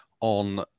on